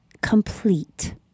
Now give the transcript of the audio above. Complete